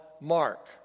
Mark